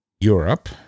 Europe